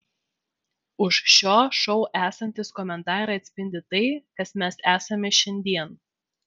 už šio šou esantys komentarai atspindi tai kas mes esame šiandien